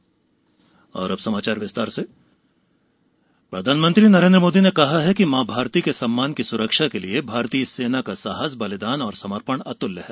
लेह दौरा पीएम प्रधानमंत्री नरेन्द्र मोदी ने कहा है कि मां भारती के सम्मान की सुरक्षा के लिए भारतीय सेना का साहस बलिदान और समर्पण अतुल्य है